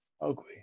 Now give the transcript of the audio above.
ugly